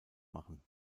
machen